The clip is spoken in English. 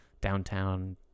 downtown